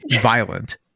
violent